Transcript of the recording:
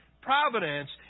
providence